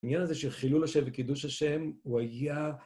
העניין הזה שחילול ה' וקידוש ה' הוא היה...